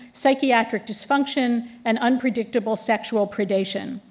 psychiatric dysfunction, and unpredictable sexual predation.